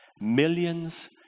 millions